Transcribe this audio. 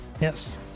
Yes